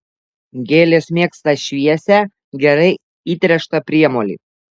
gėlės mėgsta šviesią gerai įtręštą priemolį